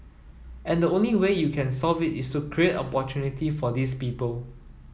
and the only way you can solve it is to create opportunity for these people